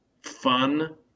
fun